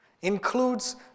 includes